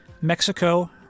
Mexico